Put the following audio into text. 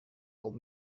old